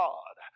God